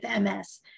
MS